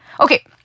Okay